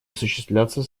осуществляться